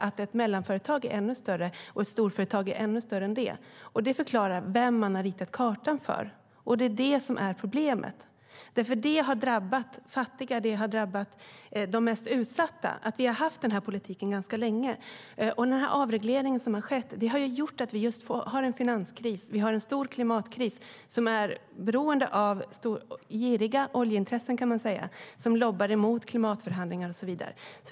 Ett mellanstort företag är alltså större och ett storföretag i sin tur ännu större. Det förklarar vem man har ritat kartan för, och det är problemet. Det har drabbat de fattiga och de mest utsatta att vi ganska länge har haft denna politik. Avregleringen har gjort att vi har en finanskris. Vi har en stor klimatkris på grund av giriga oljeintressen som lobbar mot klimatförhandlingar och så vidare.